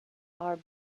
are